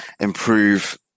improve